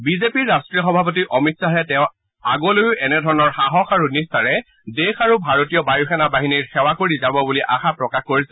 বিজেপিৰ ৰাট্টীয় সভাপতি অমিত শ্বাহে তেওঁ আগলৈও একেধৰণৰ সাহস আৰু নিষ্ঠাৰে দেশ আৰু ভাৰতীয় বায়ুসেনা বাহিনীৰ সেৱা কৰি যাব বুলি আশা প্ৰকাশ কৰিছে